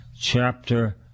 Chapter